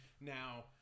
Now